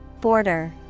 Border